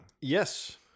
Yes